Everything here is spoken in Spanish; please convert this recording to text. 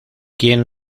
quien